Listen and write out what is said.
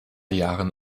jahren